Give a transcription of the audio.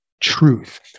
truth